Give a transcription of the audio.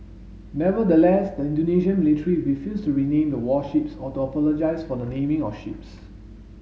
nevertheless the Indonesian military refused to rename the warships or to apologise for the naming of ships